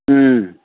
ꯎꯝ